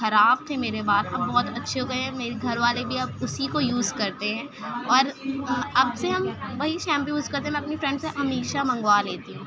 خراب تھے میرے بال اب بہت اچّھے ہو گیے ہیں میرے گھر والے بھی اب اسی کو یوز کرتے ہیں اور اب سے ہم وہی شیمپو یوز کرتے میں اپنی فرینڈ سے ہمیشہ منگوا لیتی ہوں